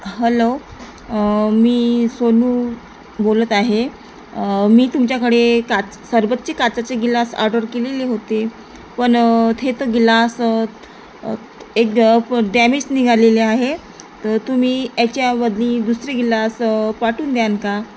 hello मी सोनू बोलत आहे मी तुमच्याकडे काच सरबताचे काचेचे गिलास आर्डर केलेले होते पण ते तर गिलास एक ड प डॅमेज निघालेले आहे तर तुम्ही याच्या बदली दुसरी गिलास पाठवून द्याल का